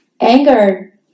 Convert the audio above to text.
Anger